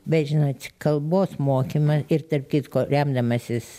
bet žinot kalbos mokymą ir tarp kitko remdamasis